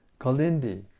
Kalindi